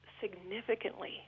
significantly